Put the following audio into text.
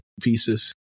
pieces